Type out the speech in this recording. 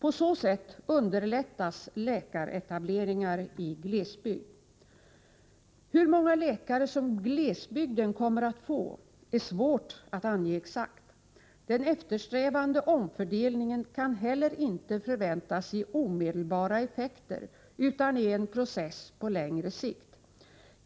På så sätt underlättas läkaretableringar i glesbygd. Hur många läkare som glesbygden kommer att få är svårt att ange exakt. Den eftersträvade omfördelningen kan inte heller förväntas ge omedelbara effekter, utan är en process på längre sikt.